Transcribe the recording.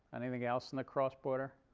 anything else in the cross-border?